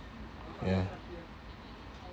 ya